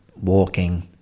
walking